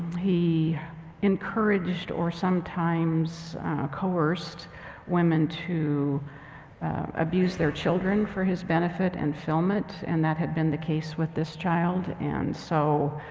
he encouraged or sometimes coerced women to abuse their children for his benefit and film it. and that had been the case with this child. and so,